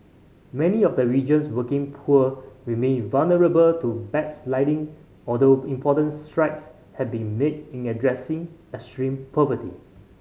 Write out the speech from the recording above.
many of the region's working poor remain vulnerable to backsliding although important strides have been made in addressing extreme poverty